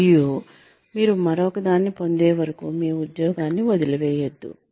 మరియు మీరు మరొకదాన్ని పొందే వరకు మీ ఉద్యోగాన్ని వదిలివేయవద్దు